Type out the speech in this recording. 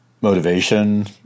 motivation